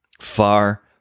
Far